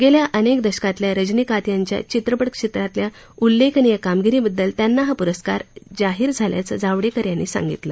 गेल्या अनेक दशकातल्या रंजनीकांत यांच्या चित्रपट क्षेत्रातल्या उल्लेखनिय कामगिरीबद्दल त्यांना हा पुरस्कार जाहीर झाल्याचं जावडेकर यांनी सांगितलं